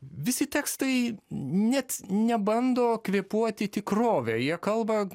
visi tekstai net nebando kvėpuoti tikrovę jie kalba